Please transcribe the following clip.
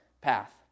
path